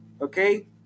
okay